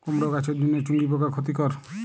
কুমড়ো গাছের জন্য চুঙ্গি পোকা ক্ষতিকর?